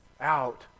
out